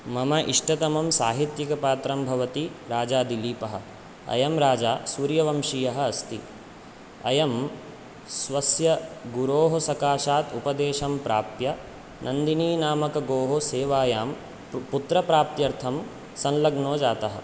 मम इष्टतमं साहित्तिकपात्रं भवति राजा दिलीपः अयं राजा सूर्यवंशियः अस्ति अयं स्वस्य गुरोः सकासात् उपदेशं प्राप्य नन्दिनीनामकगोः सेवायां पु पुत्रप्राप्त्यर्थं सल्लग्नो जातः